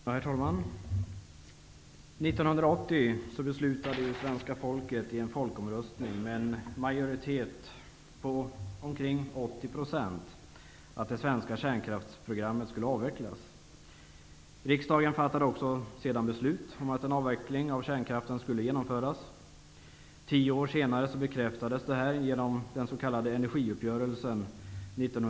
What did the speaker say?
Herr talman! År 1980 beslutade svenska folket i en folkomröstning med en majoritet på ca 80 % att det svenska kärnkraftsprogrammet skulle avvecklas. Riksdagen fattade sedan beslut om att en avveckling av kärnkraften skulle genomföras. Tio år senare bekräftades detta genom den s.k.